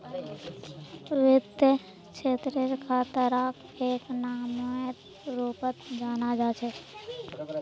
वित्त क्षेत्रत खतराक एक नामेर रूपत जाना जा छे